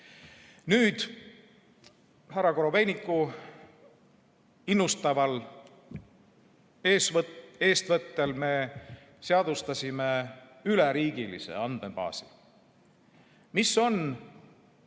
Härra Korobeiniku innustaval eestvõttel me seadustasime üleriigilise andmebaasi. Mis